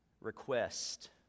request